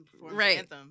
Right